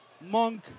Monk